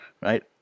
right